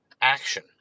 action